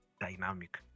dynamic